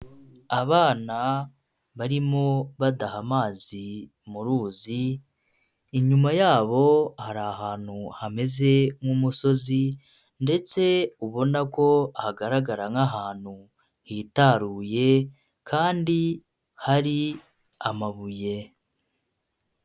Abana barimo badaha amazi mu ruzi, inyuma yabo hari ahantu hameze nk'umusozi ndetse ubona ko hagaragara nk'ahantu hitaruye kandi hari amabuye.